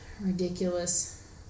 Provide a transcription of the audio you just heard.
Ridiculous